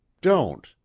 Don't